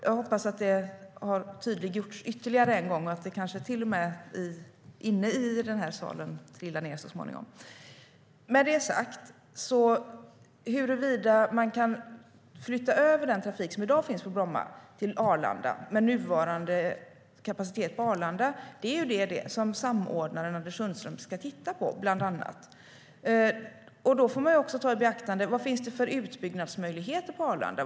Jag hoppas att det i och med detta har tydliggjorts ytterligare och att det så småningom trillar ned även i denna sal. Samordnaren Anders Sundström ska bland annat titta på huruvida man kan flytta över den trafik som i dag finns på Bromma till Arlanda med nuvarande kapacitet på Arlanda. Då får man ta i beaktande vad det finns för utbyggnadsmöjligheter på Arlanda.